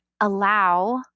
allow